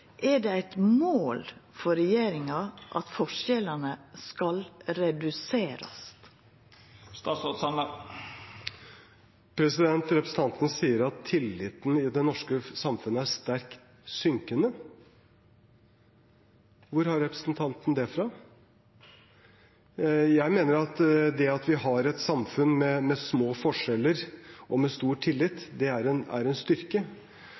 Er det eit mål for regjeringa at forskjellane skal reduserast? Representanten sier at tilliten i det norske samfunnet er sterkt synkende. Hvor har representanten det fra? Jeg mener at det at vi har et samfunn med små forskjeller og stor tillit, er en styrke.